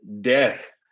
death